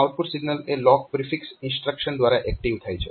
અહીં output signal એ lock prefix instruction દ્વારા એક્ટીવ થાય છે